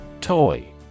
Toy